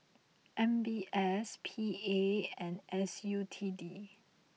M B S P A and S U T D